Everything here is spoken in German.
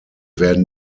werden